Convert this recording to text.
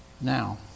now